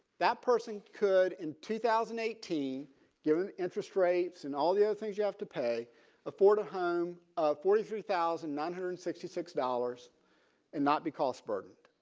that person could in two thousand and eighteen given interest rates and all the other things you have to pay afford a home forty three thousand nine hundred and sixty six dollars and not be cost burdened.